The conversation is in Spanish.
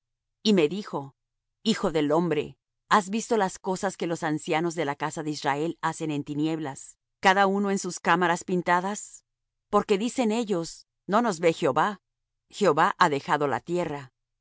y me dijo hijo del hombre has visto las cosas que los ancianos de la casa de israel hacen en tinieblas cada uno en sus cámaras pintadas porque dicen ellos no nos ve jehová jehová ha dejado la tierra díjome